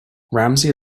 ramsey